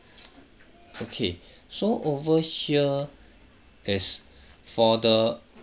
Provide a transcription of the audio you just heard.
okay so over here is for the